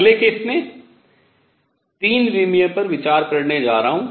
अगले केस में 3 विमीय पर विचार करने जा रहा हूँ